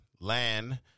land